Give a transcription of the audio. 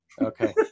Okay